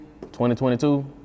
2022